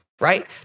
Right